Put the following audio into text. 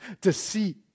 deceit